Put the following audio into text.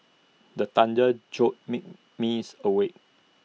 the thunder jolt me miss awake